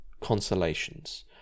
consolations